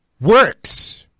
works